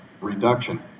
reduction